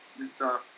Mr